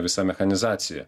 ne visa mechanizacija